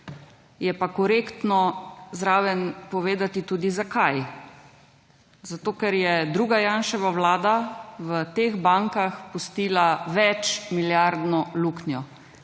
je pa korektno zraven povedati tudi zakaj. Zato, ker je druga Janševa vlada v teh bankah pustila več milijardno luknjo.